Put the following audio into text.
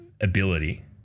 ability